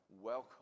welcome